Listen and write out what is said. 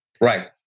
Right